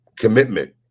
commitment